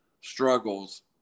struggles